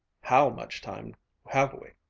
how much time have we?